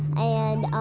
and